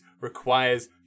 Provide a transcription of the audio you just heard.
requires